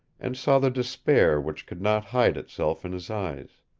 and saw the despair which could not hide itself in his eyes.